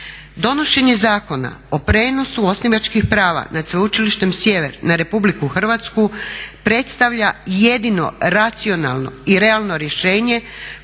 Donošenje zakona o prijenosu osnivačkih prava nad Sveučilištem Sjever na RH predstavlja jedino racionalno i realno rješenje